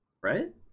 right